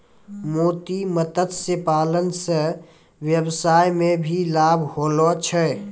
मोती मत्स्य पालन से वेवसाय मे भी लाभ होलो छै